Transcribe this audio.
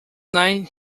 night